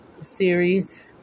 series